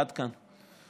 עד כאן.